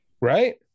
right